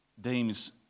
deems